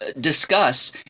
discuss